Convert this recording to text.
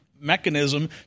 mechanism